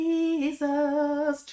Jesus